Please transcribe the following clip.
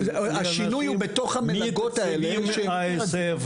זה היה החלטות,